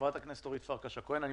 חברת הכנסת אורית פרקש הכהן, בבקשה.